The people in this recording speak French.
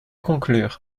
conclure